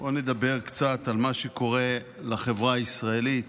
בואו נדבר קצת על מה שקורה לחברה הישראלית,